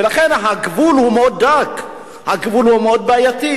ולכן הגבול הוא מאוד דק, הגבול הוא מאוד בעייתי.